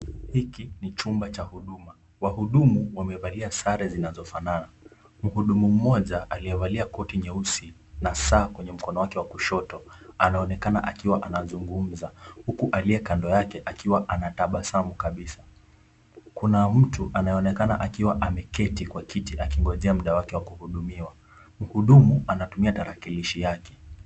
Hiki ni chumba cha huduma. Wahudumu wamevalia sare zinazofanana. Mhudumu mmoja aliyevalia koti nyeusi na saa kwenye mkono wake wa kushoto, anaonekana akiwa anazungumza huku aliye kando yake akiwa anatabasamu kabisa. Kuna mtu anayeonekana akiwa ameketi kwa kiti akingojea muda wake wa kuhudumiwa. Mhudumu anatumia tarakilishi yake.